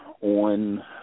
on